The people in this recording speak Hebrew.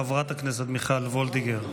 חברת הכנסת מיכל וולדיגר.